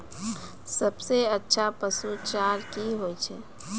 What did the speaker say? सबसे अच्छा पसु चारा की होय छै?